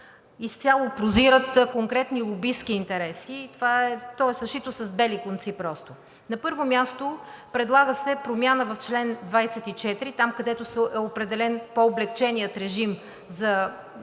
изцяло прозират конкретни лобистки интереси, то е съшито с бели конци просто. На първо място, предлага се промяна в чл. 24, там, където е определен по-облекченият режим за присъединяване